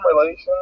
relation